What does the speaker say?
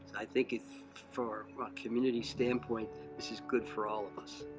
i think it's for a community standpoint this is good for all of us.